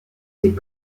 ces